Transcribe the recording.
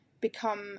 become